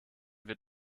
wird